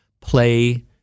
play